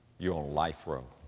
you're on life row,